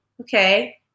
okay